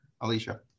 Alicia